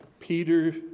Peter